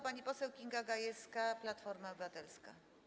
Pani poseł Kinga Gajewska, Platforma Obywatelska.